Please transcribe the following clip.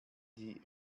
die